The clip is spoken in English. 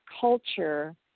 culture